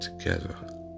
together